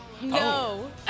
No